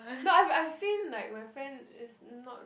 not I've I've seen like my friend is not